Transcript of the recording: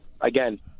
again